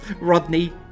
Rodney